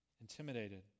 Intimidated